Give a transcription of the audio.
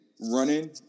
running